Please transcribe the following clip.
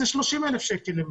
הוא 30 אלף שקלים למטר.